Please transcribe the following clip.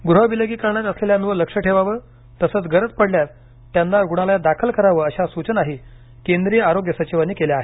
गृह विलगीकरणात असलेल्यांवर लक्ष ठेवावं तसंच गरज पडल्यास त्यांना रुग्णालयात दाखल करावं अशा सूचनाही केंद्रीय आरोग्य सचिवांनी केल्या आहेत